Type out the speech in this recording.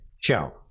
show